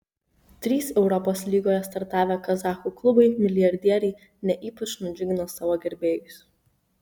trys europos lygoje startavę kazachų klubai milijardieriai ne ypač nudžiugino savo gerbėjus